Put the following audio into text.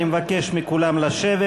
אני מבקש מכולם לשבת